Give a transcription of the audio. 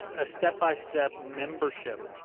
ah step-by-step membership.